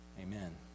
amen